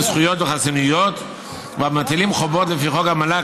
זכויות וחסינויות והמטילים חובות לפי חוק המל"ג,